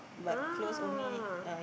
ah